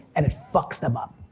and it fucks them up.